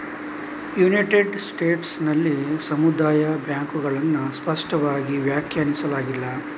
United States ನಲ್ಲಿ ಸಮುದಾಯ ಬ್ಯಾಂಕುಗಳನ್ನು ಸ್ಪಷ್ಟವಾಗಿ ವ್ಯಾಖ್ಯಾನಿಸಲಾಗಿಲ್ಲ